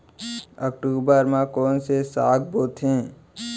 अक्टूबर मा कोन से साग बोथे?